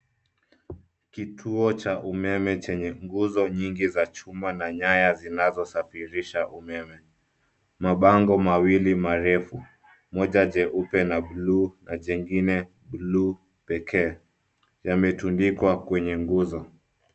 Kituo cha umeme chenye nguzo nyingi za chuma na nyaya zinazosafirisha umeme. Mabango mawili marefu, moja jeupe na buluu na jingine buluu pekee, yametundikwa kwenye nguzo.